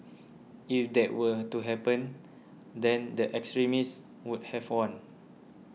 if that were to happen then the extremists would have won